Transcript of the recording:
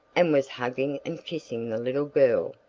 and was hugging and kissing the little girl,